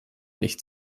nicht